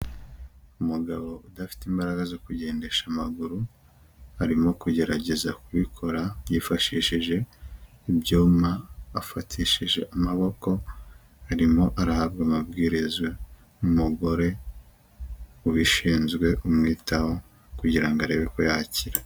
Umugabo udafite imbaraga zo kugendesha amaguru, arimo kugerageza kubikora yifashishije ibyuma afatishije amaboko arimo arahabwa amabwiriza n'umugore ubishinzwe kumwitaho kugira arebe ko yakira.